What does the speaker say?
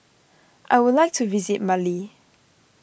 I would like to visit Mali